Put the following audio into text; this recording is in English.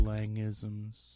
Langisms